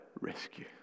rescue